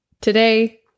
Today